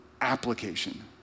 application